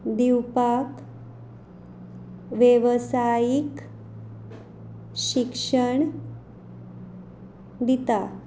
दिवपाक वेवसायीक शिक्षण दिता